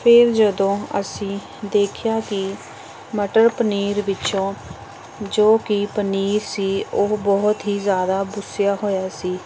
ਫਿਰ ਜਦੋਂ ਅਸੀਂ ਦੇਖਿਆ ਕਿ ਮਟਰ ਪਨੀਰ ਵਿੱਚੋਂ ਜੋ ਕਿ ਪਨੀਰ ਸੀ ਉਹ ਬਹੁਤ ਹੀ ਜ਼ਿਆਦਾ ਬੁੱਸਿਆ ਹੋਇਆ ਸੀ